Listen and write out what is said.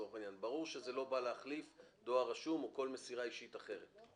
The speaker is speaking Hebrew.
ברור שזה לא בא להחליף דואר רשום או כל מסירה אישית אחרת.